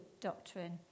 doctrine